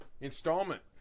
installment